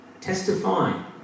testifying